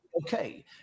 okay